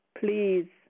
please